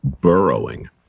burrowing